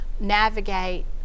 navigate